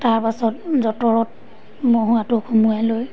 তাৰপাছত যঁতৰত মহুৱাটো সোমোৱাই লৈ